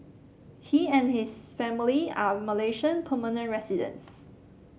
he and his family are Malaysian permanent residents